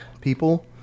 people